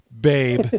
Babe